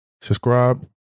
subscribe